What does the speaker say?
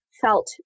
felt